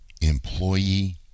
employee